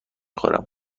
خورم